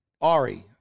Ari